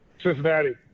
Cincinnati